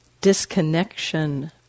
disconnection